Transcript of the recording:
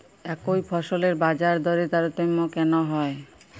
একই ফসলের বাজারদরে তারতম্য কেন হয়?